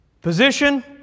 Position